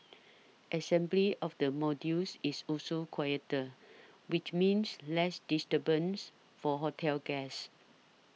assembly of the modules is also quieter which means less disturbance for hotel guests